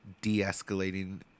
de-escalating